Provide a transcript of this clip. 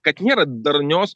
kad nėra darnios